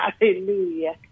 hallelujah